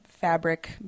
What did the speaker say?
fabric